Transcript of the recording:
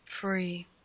free